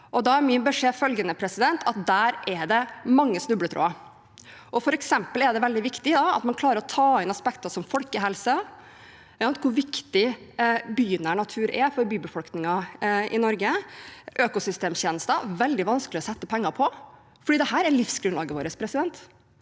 Da er min beskjed følgende: Der er det mange snubletråder. For eksempel er det veldig viktig at man klarer å ta inn aspekter som folkehelse, hvor viktig bynær natur er for bybefolkningen i Norge. Økosystemtjenester er det veldig vanskelig å sette en pengeverdi på fordi dette er livsgrunnlaget vårt.